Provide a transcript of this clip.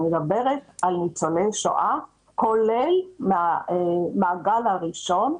אני מדברת על ניצולי שואה, כולל מהמעגל הראשון,